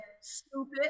stupid